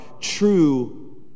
true